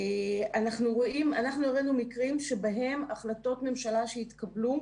אנחנו הראינו מקרים שבהם החלטות ממשלה שהתקבלו,